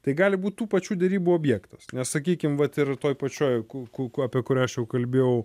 tai gali būt tų pačių derybų objektas nes sakykim vat ir toj pačioj ku ku ku apie kurią aš jau kalbėjau